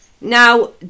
Now